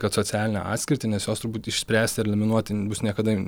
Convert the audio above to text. kad socialinę atskirtį nes jos turbūt išspręsti eliminuoti bus niekada